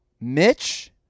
Mitch